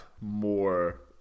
more